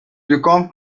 become